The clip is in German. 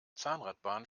zahnradbahn